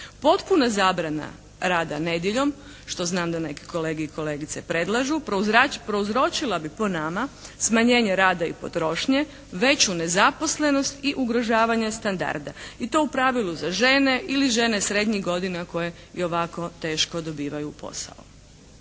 Potpuna zabrana rada nedjeljom što znam da neke kolege i kolegice predlažu prouzročila bi po nama smanjenje rada i potrošnje, veću nezaposlenost i ugrožavanje standarda. I to u pravilu za žene ili žene srednjih godine koje i ovako teško dobivaju posao.